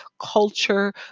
culture